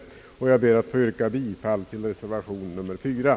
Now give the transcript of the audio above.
Jag ber, herr talman, att få yrka bifall till reservationen.